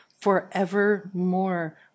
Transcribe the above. forevermore